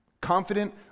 Confident